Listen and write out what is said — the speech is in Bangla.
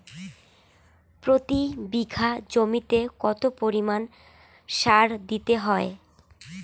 প্রতি বিঘা জমিতে কত পরিমাণ সার দিতে হয়?